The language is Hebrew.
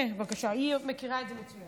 הינה, בבקשה, היא מכירה את זה מצוין.